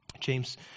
James